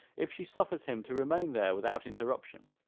if she suffers him to remain there without interruption,